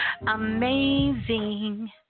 Amazing